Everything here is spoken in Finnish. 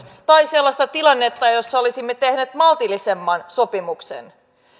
tai sellaista tilannetta jossa olisimme tehneet maltillisemman sopimuksen